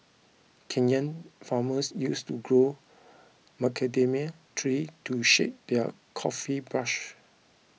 Kenyan farmers used to grow macadamia trees to shade their coffee bushes